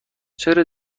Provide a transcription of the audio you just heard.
چرا